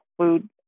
food